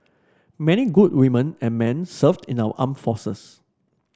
many good women and men serve in our armed forces